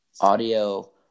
audio